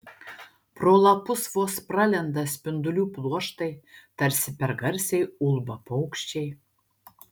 pro lapus vos pralenda spindulių pluoštai tarsi per garsiai ulba paukščiai